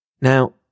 Now